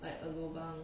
like a lobang